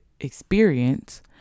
experience